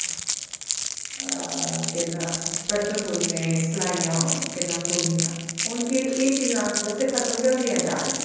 केह् नांऽ स्वेटर बुनने सलाइयां कन्नै बुननिया हून एह् चीजां आस्तै आस्तै खत्म गै होंदियां जा दियां